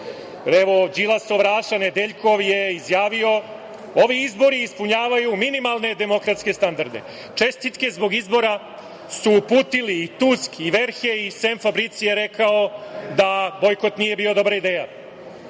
Evo, Đilasov Raša Nedeljkov je izjavio: „Ovi izbori ispunjavaju minimalne demokratske standarde“. Čestitke zbog izbora su uputili i Tusk i Verhej i Sem Fabricio je rekao da bojkot nije bila dobra ideja. Drugo,